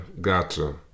Gotcha